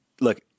look